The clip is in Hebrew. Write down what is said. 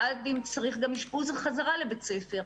עד אם צריך גם אשפוז חזרה לבית ספר.